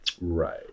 Right